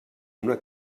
una